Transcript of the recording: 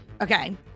Okay